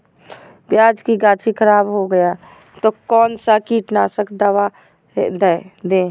प्याज की गाछी खराब हो गया तो कौन सा कीटनाशक दवाएं दे?